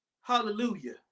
Hallelujah